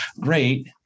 Great